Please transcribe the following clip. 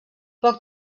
poc